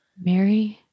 Mary